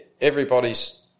everybody's